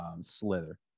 Slither